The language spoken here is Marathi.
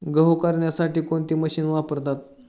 गहू करण्यासाठी कोणती मशीन वापरतात?